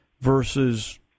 versus